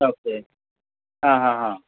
okay